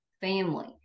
family